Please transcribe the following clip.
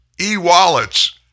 e-wallets